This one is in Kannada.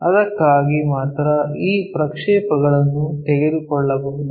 ಅದಕ್ಕಾಗಿ ಮಾತ್ರ ಈ ಪ್ರಕ್ಷೇಪಗಳನ್ನು ತೆಗೆದುಕೊಳ್ಳಬಹುದು